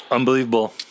Unbelievable